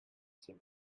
seem